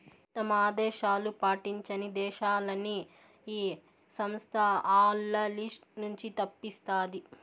తమ ఆదేశాలు పాటించని దేశాలని ఈ సంస్థ ఆల్ల లిస్ట్ నుంచి తప్పిస్తాది